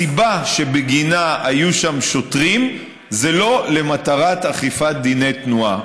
הסיבה שבגינה היו שם שוטרים זה לא למטרת אכיפת דיני תנועה.